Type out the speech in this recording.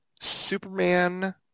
Superman